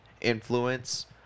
influence